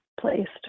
placed